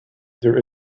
there